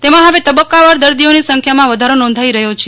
તેમાં હવે તબક્કાવાર દર્દીઓની સંખ્યામાં વધારો નોંધાઈ રહ્યો છે